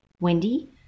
Wendy